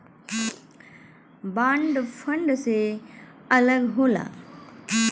bond fund से अलग होला